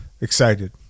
Excited